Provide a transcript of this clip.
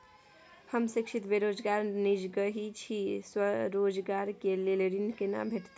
हम शिक्षित बेरोजगार निजगही छी, स्वरोजगार के लेल ऋण केना भेटतै?